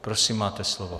Prosím, máte slovo.